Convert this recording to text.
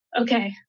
okay